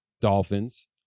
Dolphins